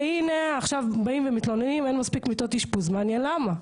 והנה עכשיו באים ומתלוננים אין מספיק מיטות אשפוז מעניין למה?